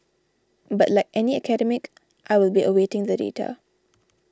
but like any academic I will be awaiting the data